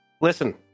listen